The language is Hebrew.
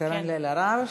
קארין אלהרר.